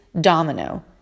domino